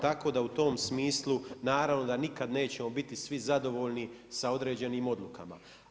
Tako da u tom smislu naravno da nikada nećemo biti svi zadovoljni sa određenim odlukama.